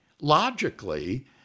logically